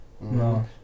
No